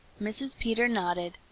mrs. peter nodded.